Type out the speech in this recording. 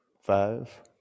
five